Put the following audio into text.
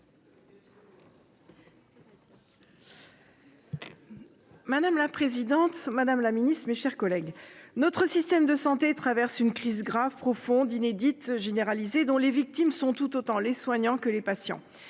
Madame la présidente. Madame la Ministre, mes chers collègues. Notre système de santé traverse une crise grave profonde inédite généralisée dont les victimes sont tout autant les soignants que les patients